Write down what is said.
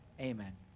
Amen